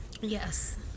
Yes